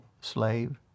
slave